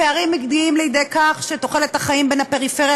הפערים מגיעים לידי כך שתוחלת החיים בפריפריה,